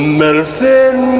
medicine